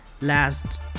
last